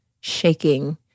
shaking